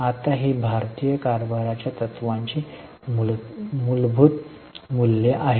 आता ही भारतीय कारभाराच्या तत्त्वांची मूलभूत मूल्ये आहेत